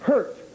hurt